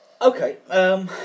Okay